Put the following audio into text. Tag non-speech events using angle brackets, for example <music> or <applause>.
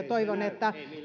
<unintelligible> toivon että